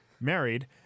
married